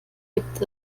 gibt